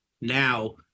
Now